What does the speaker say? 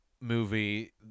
movie